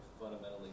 fundamentally